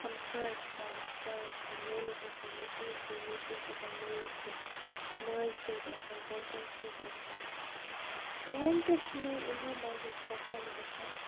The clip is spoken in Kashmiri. ہَمسایَس آسان ہَمسایَس سۭتۍ مٲلِس آسان نیٚچوِس سۭتۍ نیٚچو ِس آسان مٲلِس سۭتۍ ماجہِ سۭتۍ آسان گَرِکٮ۪ن سۭتۍ آسان تہٕ ونۍ کیاہ چھُ مےٚ یِمو مَنز پَسنٛد گَژھان